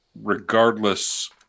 regardless –